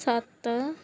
ਸੱਤ